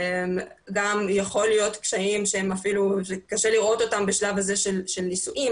גם יכולים להיות קשיים שקשה לראות אותם בשלב הזה של נישואים,